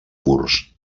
murs